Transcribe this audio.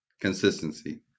Consistency